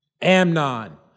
Amnon